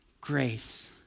grace